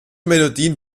melodien